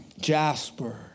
jasper